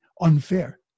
unfair